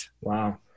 Wow